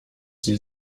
sie